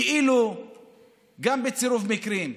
כאילו גם בצירוף מקרים,